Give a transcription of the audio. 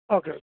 okay